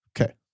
okay